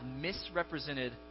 misrepresented